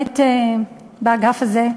באגף הזה,